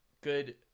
Good